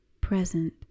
present